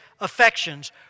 affections